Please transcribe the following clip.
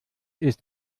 ist